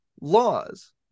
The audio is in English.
laws